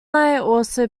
also